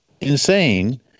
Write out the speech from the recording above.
insane